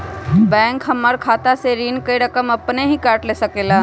Bank हमार खाता से ऋण का रकम अपन हीं काट ले सकेला?